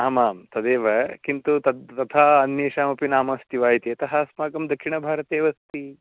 आमां तदेव किन्तु तत् तथा अन्येषामपि नाम अस्ति वा इति यतः अस्माकं दक्षिणभारतेवस्ति